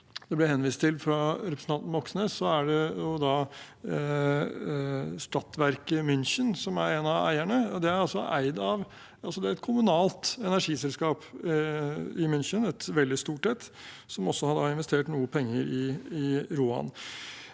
det ble henvist til fra representanten Moxnes, er det Stadtwerke München som er en av eierne. Det er et kommunalt energiselskap i München – et veldig stort et – som har investert noen penger i Roan.